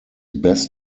best